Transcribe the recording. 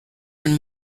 when